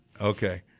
Okay